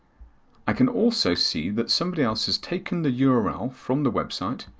i can also see that somebody else has taken the yeah url from the website,